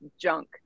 junk